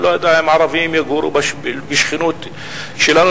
לא יודע: אם ערבים יגורו בשכונות שלנו,